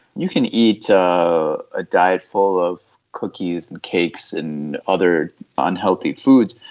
you can eat a diet full of cookies and cakes and other unhealthy foods,